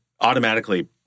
automatically